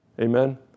Amen